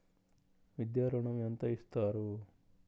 విద్యా ఋణం ఎంత ఇస్తారు?